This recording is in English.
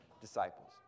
disciples